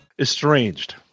Estranged